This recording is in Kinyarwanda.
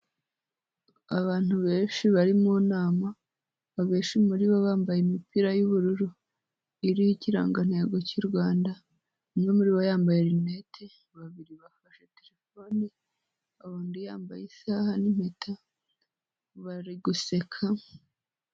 Abantu benshi bari mu nama abenshi muri bo bambaye imipira y'ubururu iriho ikirangantego cy'u Rwanda umwe muri bo yambaye linete babiri bafashe terefone undi yambaye isaha n'impeta bari guseka.